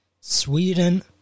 Sweden